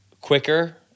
quicker